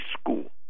school